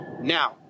now